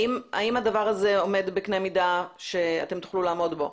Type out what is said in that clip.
האם הדבר הזה עומד בקנה מידה שאתם תוכלו לעמוד בו?